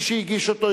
מי שהגיש אותה,